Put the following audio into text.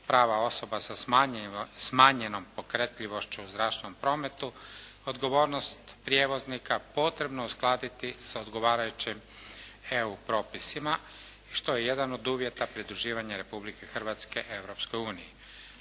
prava osoba sa smanjenom pokretljivošću u zračnom prometu, odgovornost prijevoznika potrebno je uskladiti s odgovarajućim EU propisima, što je jedan od uvjeta pridruživanja Republike Hrvatske